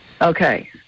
Okay